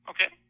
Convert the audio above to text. Okay